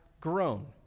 grown